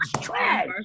trash